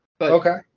Okay